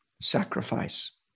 sacrifice